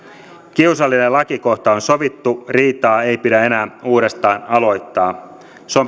kiusallinen lakikohta on sovittu riitaa ei pidä enää uudestaan aloittaa